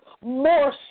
more